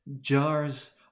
jars